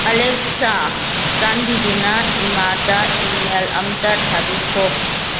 Alexa ꯆꯥꯟꯕꯤꯗꯨꯅ ꯏꯃꯥꯗ email ꯑꯝꯇ ꯊꯥꯕꯤꯈꯣ